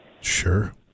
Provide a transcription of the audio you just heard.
Sure